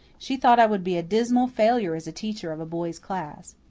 she thought i would be a dismal failure as teacher of a boys' class.